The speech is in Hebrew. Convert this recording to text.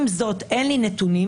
אין לי נתונים,